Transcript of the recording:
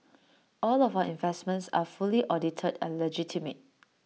all of our investments are fully audited and legitimate